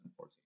2014